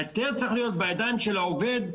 ההיתר צריך להיות בידיים של העובד,